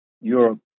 Europe